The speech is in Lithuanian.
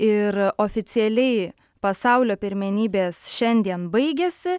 ir oficialiai pasaulio pirmenybės šiandien baigiasi